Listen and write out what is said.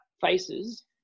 faces